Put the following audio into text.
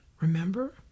remember